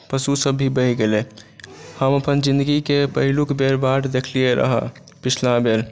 पशु सभ भी बहि गेलै हम अपन जिनगीकेँ पहिलुक बेर बाढ़ि देखलियै रहय पिछला बेर